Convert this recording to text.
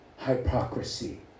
Hypocrisy